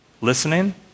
listening